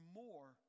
more